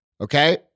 Okay